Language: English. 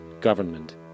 government